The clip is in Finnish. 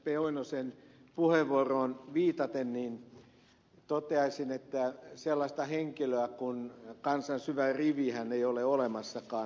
oinosen puheenvuoroon viitaten toteaisin että sellaista henkilöähän kuin kansan syvä rivi ei ole olemassakaan